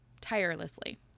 tirelessly